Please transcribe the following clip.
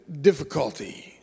difficulty